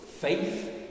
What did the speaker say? faith